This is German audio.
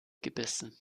gebissen